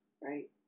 right